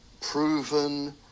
proven